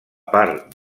part